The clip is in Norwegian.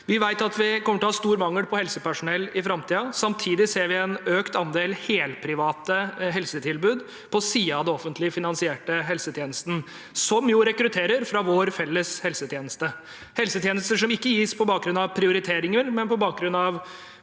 Vi vet at vi kommer til å ha stor mangel på helsepersonell i framtiden. Samtidig ser vi en økt andel helprivate helsetilbud på siden av den offentlig finansierte helsetjenesten, som jo rekrutterer fra vår felles helsetjeneste – helsetjenester som ikke gis på bakgrunn av prioriteringer, men på bakgrunn av